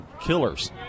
killers